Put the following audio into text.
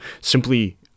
Simply